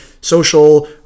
social